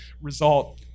result